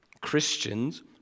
Christians